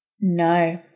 No